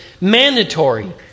mandatory